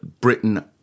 Britain